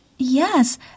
Yes